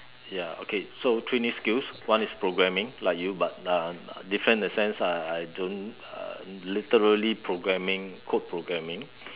ya okay so three new skills one is programming like you but uh different in a sense ah I don't uh literally programming code programming